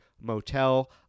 motel